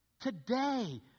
Today